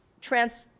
trans